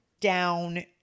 down